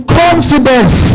confidence